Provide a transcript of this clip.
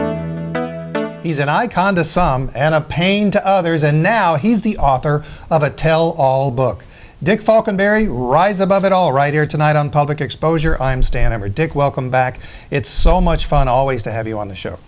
he's an icon to some and a pain to others and now he's the author of a tell all book dick falcon barry rise above it all right here tonight on public exposure i'm stan ever dick welcome back it's so much fun always to have you on the show